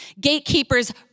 gatekeepers